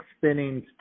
spinning